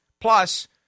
plus